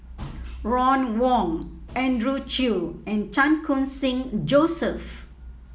Ron Wong Andrew Chew and Chan Khun Sing Joseph